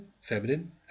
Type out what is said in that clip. feminine